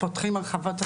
פותחים הרחבות הסמכה.